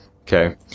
Okay